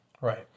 Right